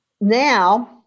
Now